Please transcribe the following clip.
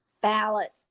ballot